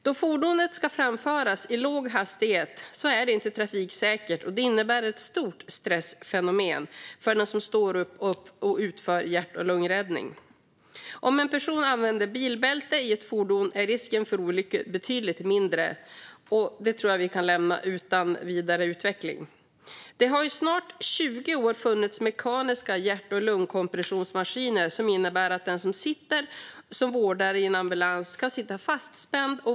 När fordonet ska framföras i hög hastighet är det inte trafiksäkert, och det innebär ett stort stressmoment för den som står upp och utför hjärt-lungräddning. Om en person använder bilbältet i fordonet är risken för olyckor betydligt mindre, och den frågan kan vi lämna utan att utveckla den vidare. Det har i snart 20 år funnits mekaniska hjärt-lungkompressionsmaskiner, vilket innebär att den som utför vård i en ambulans kan sitta fastspänd.